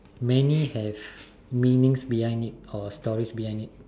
many have meanings behind it or stories behind it